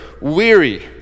weary